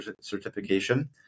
certification